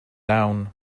down